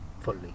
fully